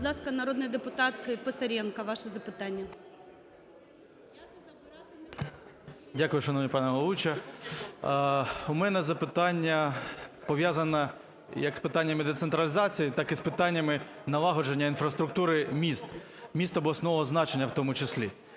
Дякую, шановна пані головуюча. У мене запитання, пов'язане як з питаннями децентралізації, так і з питаннями налагодження інфраструктури міст, міст обласного значення в тому числі.